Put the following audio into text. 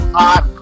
hot